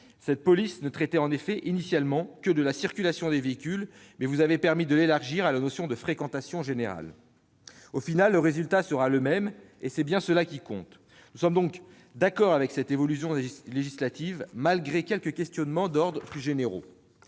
cette police, qui ne traitait initialement que de la circulation des véhicules, à la notion de fréquentation générale. Au final, le résultat sera le même et c'est bien cela qui compte. Nous sommes donc d'accord avec cette évolution législative, malgré quelques questionnements d'ordre plus général.